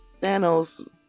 Thanos